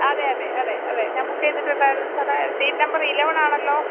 അതെ അതെ അതെ ഞാൻ ബുക്കിയ്തിട്ടുണ്ടായിരുന്നു സാറേ സീറ്റ് നമ്പർ ഇലവനാണല്ലോ